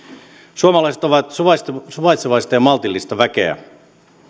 suomalaiset ovat suvaitsevaista suvaitsevaista ja maltillista väkeä